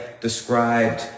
described